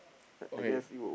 okay